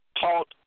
taught